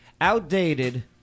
Outdated